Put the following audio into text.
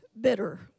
bitter